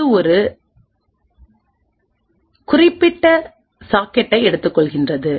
அது ஒரு குறிப்பிட்ட சாக்கெட்டை எடுத்துக்கொள்கிறது